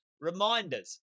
reminders